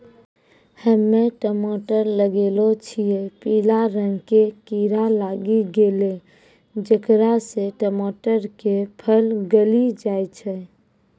हम्मे टमाटर लगैलो छियै पीला रंग के कीड़ा लागी गैलै जेकरा से टमाटर के फल गली जाय छै?